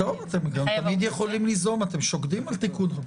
אתם תמיד יכולים ליזום, אתם שוקדים על תיקונים.